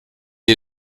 est